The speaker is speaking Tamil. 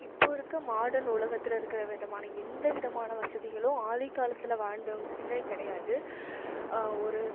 இப்போ இருக்க மாடன் உலகத்தில் இருக்கிற விதமான எந்த விதமான வசதிகளும் ஆதி காலத்தில் வாழ்ந்தவங்க கிட்ட கிடையாது ஒரு